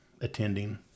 attending